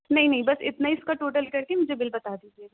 نہیں نہیں بس اتنا ہی اِس کا ٹوٹل کر کے مجھے بل بتا دیجیے گا